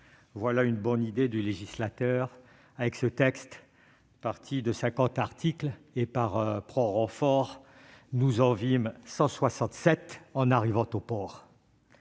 voilà une bonne idée du législateur avec ce texte : nous partîmes de 50 articles, mais, par un prompt renfort, nous en vîmes 167 en arrivant au port